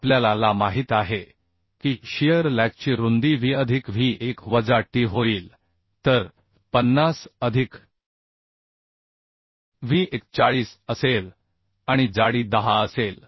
तर आपल्याला ला माहित आहे की शियर लॅगची रुंदी wअधिक w 1 वजा t होईल तर 50 अधिक w 1 40 असेल आणि जाडी 10 असेल